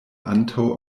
antaŭ